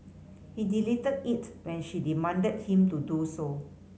he deleted it when she demanded him to do so